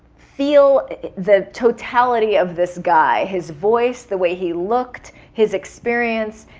feel the totality of this guy his voice, the way he looked, his experience.